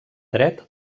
dret